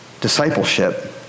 discipleship